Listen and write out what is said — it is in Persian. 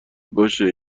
باشه